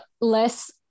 less